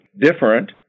Different